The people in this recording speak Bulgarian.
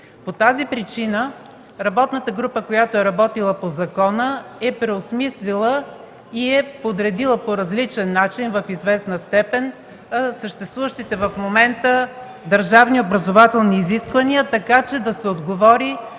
По тази причина работната група, която е работила по закона, е преосмислила и е подредила по различен начин в известна степен съществуващите в момента държавни образователни изисквания, така че да се отговори